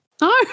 No